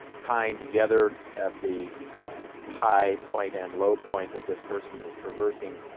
tying together at the high point and low point that this person is traversing.